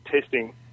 testing